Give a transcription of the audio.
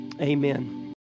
Amen